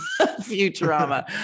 Futurama